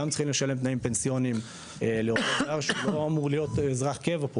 גם צריכים לשלם תנאים פנסיוניים לעובד זר שלא אמור להפוך לאזרח קבע פה,